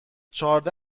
چهارده